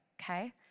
okay